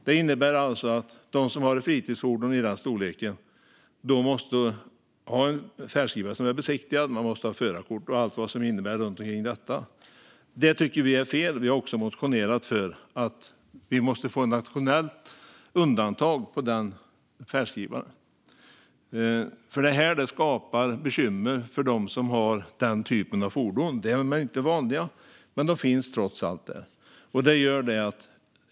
Det innebär alltså att de som har ett fritidsfordon i den storleken måste ha en färdskrivare som är besiktigad, och de måste ha förarkort och allt vad det innebär runt omkring det. Det tycker vi är fel. Vi har motionerat för att vi måste få ett nationellt undantag för den färdskrivaren. Det skapar bekymmer för dem som har den typen av fordon. De är inte vanliga, men de finns trots allt där.